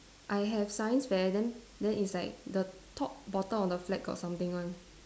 I have science fair then then it's like the top bottom of the flag got something [one]